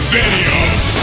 videos